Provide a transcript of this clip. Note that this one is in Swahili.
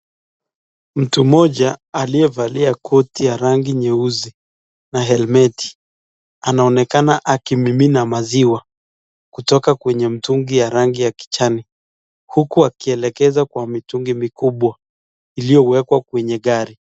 Mtu mmoja aliyevalia koti ya rangi nyeusi na helmeti anaonekana akimimina maziwa kutoka kwenye ya rangi ya kijani, huku akielekeza kwa mitungi mikubwa iliyowekwa kwenye gari.